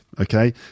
okay